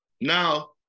Now